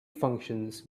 functions